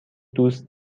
دوست